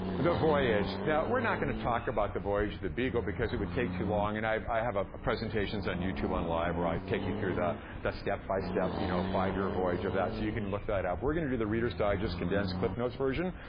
the voyage. now, we're not gonna talk about the voyage of the beagle, because it would take too long and i have ah presentations on youtube on live where i take you through the the step-by-step, you know five-year voyage of that, so you can look that up. we're gonna do the reader's digest condensed cliff-notes version.